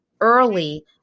early